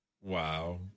wow